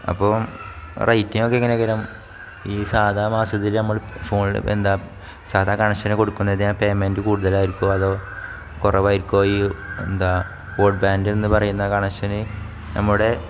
അപ്പം റേറ്റിംഗൊക്കെ എങ്ങനെയെങ്കിലും ഈ സാധാ മാസത്തിൽ നമ്മൾ ഫോണിൽ എന്താ സാധാ കണക്ഷൻ കൊടുക്കുന്നതിന് പേയ്മെൻറ് കൂടുതലായിരിക്കുമോ അതോ കുറവായിരിക്കുമോ ഈ എന്താ ബോഡ്ബാൻ്റെന്നു പറയുന്ന കണക്ഷന് നമ്മുടെ